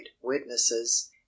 witnesses